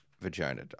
vagina